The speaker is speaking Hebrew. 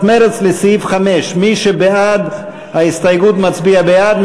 מרצ לסעיף 5. מי שבעד ההסתייגות מצביע בעד,